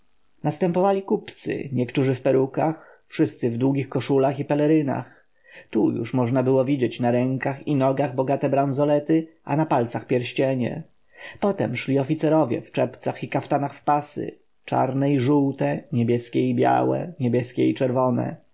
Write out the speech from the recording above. następowali kupcy niektórzy w perukach wszyscy w długich koszulach i pelerynach tu już można było widzieć na rękach i nogach bogate branzolety a na palcach pierścienie potem szli oficerowie w czepcach i kaftanach w pasy czarne i żółte niebieskie i białe niebieskie i czerwone